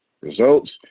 results